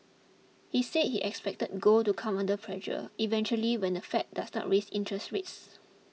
he said he expected gold to come under pressure eventually when the Fed does not raise interest rates